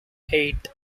eight